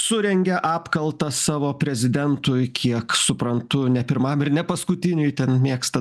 surengė apkaltą savo prezidentui kiek suprantu ne pirmam ir ne paskutiniui ten mėgsta